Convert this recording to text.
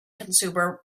consumer